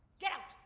get out.